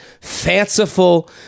fanciful